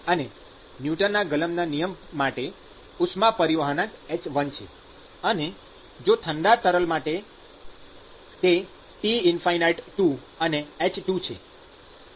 અને ન્યુટનના ગલનના નિયમ માટે ઉષ્મા પરિવહનાંક h1 છે અને જો ઠંડા તરલ માટે તે T∞2 અને h2 છે